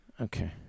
Okay